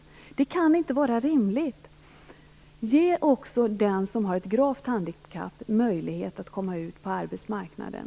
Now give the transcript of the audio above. Det kan inte vara rimligt. Ge också den som har ett gravt handikapp möjlighet att komma ut på arbetsmarknaden.